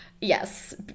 Yes